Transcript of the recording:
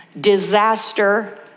disaster